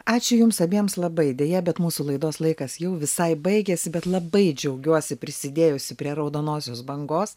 ačiū jums abiems labai deja bet mūsų laidos laikas jau visai baigiasi bet labai džiaugiuosi prisidėjusi prie raudonosios bangos